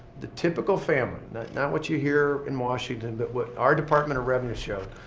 the typical family not not what you hear in washington, but what our department of revenue showed,